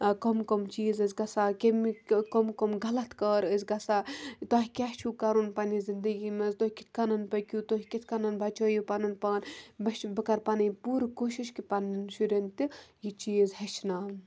کٕم کٕم چیٖز ٲسۍ گژھان کیٚمِکۍ کٕم کٕم غلط کار ٲسۍ گژھان تۄہہِ کیٛاہ چھُو کَرُن پںٛنہِ زندگی منٛز تُہۍ کِتھ کَنَن پٔکِو تُہۍ کِتھ کَنَن بَچٲیِو پَنُن پان مےٚ چھِ بہٕ کرٕ پَنٕنۍ پوٗرٕ کوٗشِش کہِ پںٛںٮ۪ن شُرٮ۪ن تہِ یہِ چیٖز ہیٚچھناوُن